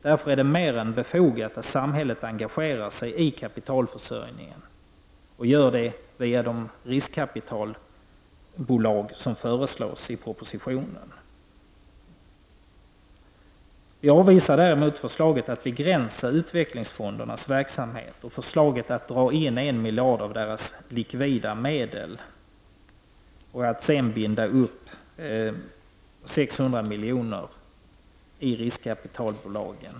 Därför är det mer än befogat att samhället engagerar sig i kapitalförsörjningen och gör det via de riskkapitalbolag som föreslås i propositionen. Vi avvisar däremot förslaget att begränsa utvecklingsfondernas verksamhet och förslaget att dra in 1 miljard av deras likvida medel för att sedan binda upp 600 miljoner i riskkapitalbolagen.